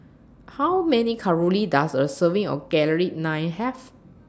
How Many Calories Does A Serving of Garlic Naan Have